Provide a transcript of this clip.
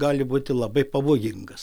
gali būti labai pavojingas